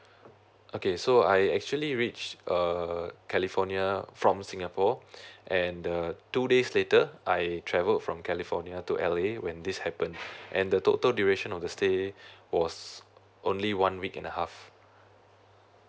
okay so I actually reach uh california from singapore and the two days later I travel from california to L_A when this happened and the total duration of the stay was only one week and a half